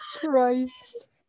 Christ